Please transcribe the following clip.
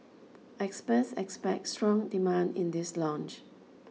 experts expect strong demand in this launch